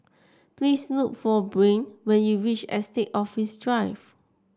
please look for Brain when you reach Estate Office Drive